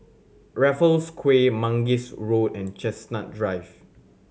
Raffles Quay Mangis Road and Chestnut Drive